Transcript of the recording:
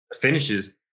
finishes